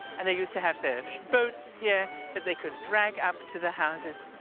and they used to have their boats here that they could drag up to the houses,